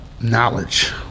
knowledge